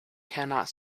cannot